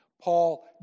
Paul